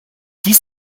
dies